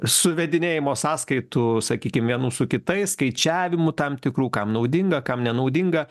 suvedinėjimo sąskaitų sakykim vienų su kitais skaičiavimų tam tikrų kam naudinga kam nenaudinga